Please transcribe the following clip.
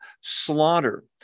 slaughter